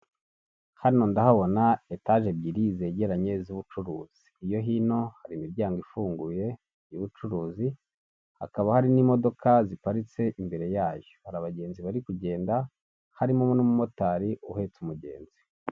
Hano ndahabona etage ebyiri zegeranye z'ubucuruzi. Iyo hino hari imiryango ifunguye y'ubucuruzi, hakaba hari n'imodoka ziparitse imbere yayo. Hari abagenzi bari kugenda harimo n'umumotari uhetse umugenzi.